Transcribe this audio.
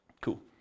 Cool